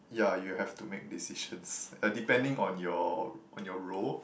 yeah you have to make decisions depending on your on your role